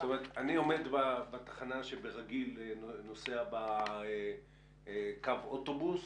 זאת אומרת אני עומד בתחנה שברגיל נוסע בה קו אוטובוס